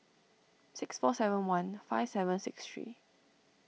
six four seven one five seven six three